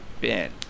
Ben